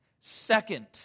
Second